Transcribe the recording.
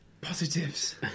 positives